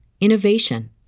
innovation